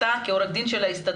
אתה כעורך הדין של ההסתדרות,